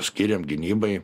skiriam gynybai